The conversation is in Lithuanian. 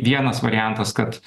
vienas variantas kad